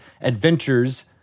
adventures